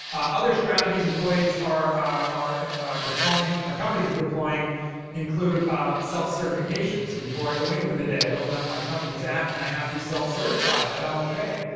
other strategies employees are are deploying companies are deploying include self certification. so before i go in for the day, i open up my company's app, and i have to self certify that i'm ok.